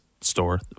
store